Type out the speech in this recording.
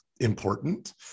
important